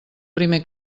primer